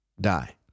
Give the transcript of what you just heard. die